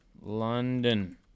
London